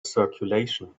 circulation